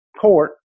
court